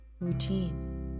routine